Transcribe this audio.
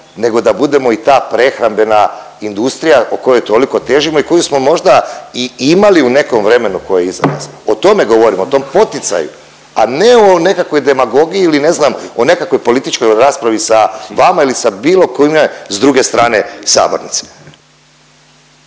nego da budemo i ta prehrambena industrija kojoj toliko težimo i koju smo možda i imali u nekom vremenu koje je iza nas, o tome govorim, o tom poticaju, a ne o nekakvoj demagogiji ili ne znam o nekakvoj političkoj raspravi sa vama ili sa bilo kime sa druge strane sabornice.